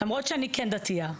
למרות שאני כן דתייה,